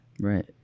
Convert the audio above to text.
Right